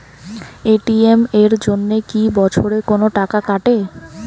ATM এর জন্যে কি বছরে কোনো টাকা কাটে?